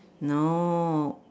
no